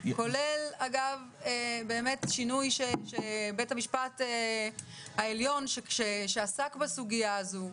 כולל אגב שינוי שבית המשפט העליון שעסק בסוגיה הזאת,